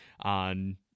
on